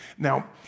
Now